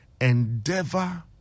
endeavor